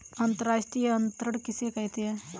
अंतर्राष्ट्रीय अंतरण किसे कहते हैं?